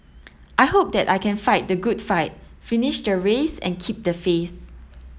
I hope that I can fight the good fight finish the race and keep the faith